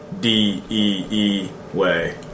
D-E-E-Way